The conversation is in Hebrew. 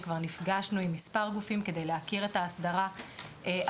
שכבר נפגשנו עם מספר גופים כדי להכיר את ההסדרה הזרה,